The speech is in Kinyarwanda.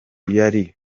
yari